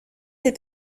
est